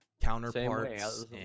Counterparts